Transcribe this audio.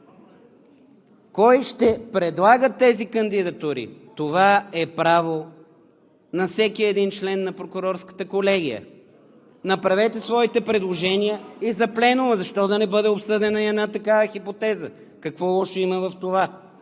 Кой ще предлага тези кандидатури – това е право на всеки един член на Прокурорската колегия. Направете своите предложения и за Пленума. Защо да не бъде обсъдена и една такава хипотеза? Какво лошо има в това?